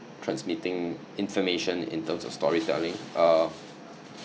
transmitting information in terms of storytelling uh